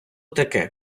таке